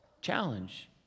challenge